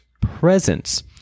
presence